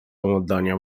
oddania